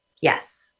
yes